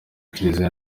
kiliziya